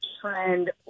trend